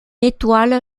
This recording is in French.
étoile